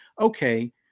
okay